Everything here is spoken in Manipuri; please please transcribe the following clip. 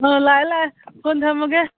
ꯑꯥ ꯂꯥꯛꯑꯦ ꯂꯥꯛꯑꯦ ꯐꯣꯟ ꯊꯝꯃꯒꯦ